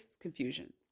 confusion